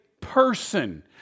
person